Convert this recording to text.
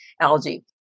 algae